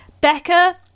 Becca